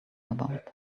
about